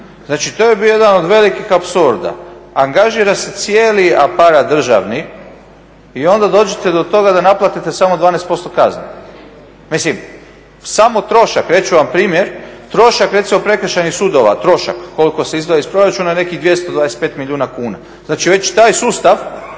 Znači, to je bio jedan od velikih apsurda. Angažira se cijeli aparat državni i onda dođete do toga da naplatite samo 12% kazni. Mislim, samo trošak reći ću vam primjer, trošak recimo Prekršajnih sudova, trošak koliko se izdvaja iz proračuna je nekih 225 milijuna kuna. Znači, već taj sustav